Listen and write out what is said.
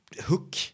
hook